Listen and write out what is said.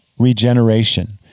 regeneration